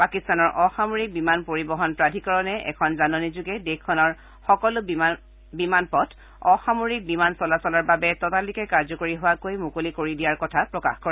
পাকিস্তানৰ অসামৰিক বিমান পৰিবহন প্ৰাধিকৰণে এখন জাননীযোগে দেশখনৰ সকলো বিমানপথ অসামৰিক বিমান চলাচলৰ বাবে ততালিকে কাৰ্যকৰী হোৱাকৈ মুকলি কৰি দিয়াৰ কথা প্ৰকাশ কৰে